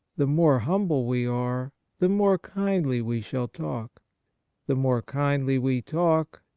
the more humble we are, the more kindly we shall talk the more kindly we talk,